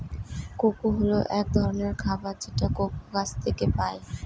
cocoa হল এক ধরনের খাবার যেটা কোকো গাছ থেকে পায়